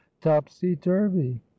topsy-turvy